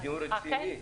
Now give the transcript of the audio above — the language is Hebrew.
נכון.